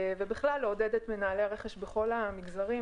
ובכלל לעודד את מנהלי הרכש בכל המגזרים,